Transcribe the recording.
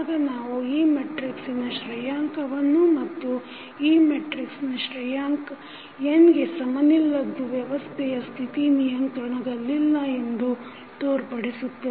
ಆಗ ನಾವು ಈ ಮೆಟ್ರಿಕ್ಸಿನ ಶ್ರೇಯಾಂಕವನ್ನು ಮತ್ತು ಈ ಮೆಟ್ರಿಕ್ಸನ ಶ್ರೇಯಾಂಕ n ಗೆ ಸಮನಿಲ್ಲದ್ದು ವ್ಯವಸ್ಥೆಯ ಸ್ಥಿತಿ ನಿಯಂತ್ರಣದಲ್ಲಿಲ್ಲ ಎಂದು ತೋರ್ಪಡಿಸುತ್ತವೆ